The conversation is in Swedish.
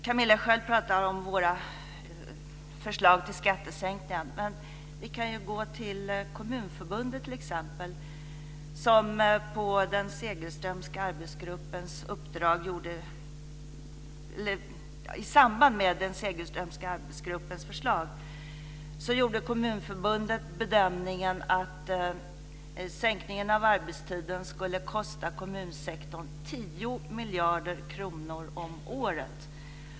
Fru talman! Camilla Sköld Jansson pratar om våra förslag till skattesänkningar. I samband med den Segelströmska arbetsgruppens förslag gjorde Kommunförbundet bedömningen att sänkningen av arbetstiden skulle kosta kommunsektorn 10 miljarder kronor om året.